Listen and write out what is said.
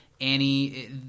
Annie